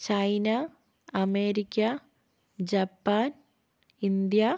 China America Japan India